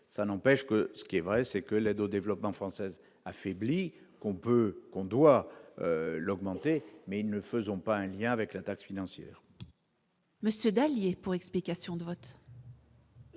ça n'empêche que ce qui est vrai c'est que l'aide au développement française affaiblie qu'on peut, on doit l'augmenter, mais ne faisons pas un lien avec la taxe financière. Monsieur Dallier pour explication de vote.